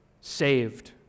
saved